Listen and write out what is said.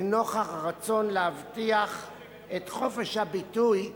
לנוכח הרצון להבטיח את חופש הביטוי,